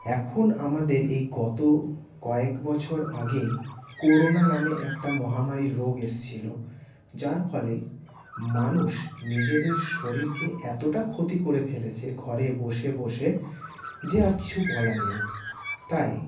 এখন আমাদের এই গত কয়েক বছর আগেই করোনা নামে একটা মহামারী রোগ এসেছিল যার ফলে মানুষ নিজেদের শরীরকে এতটা ক্ষতি করে ফেলেছে ঘরে বসে বসে যে আর কিছু বলার নেই তাই